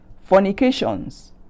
fornications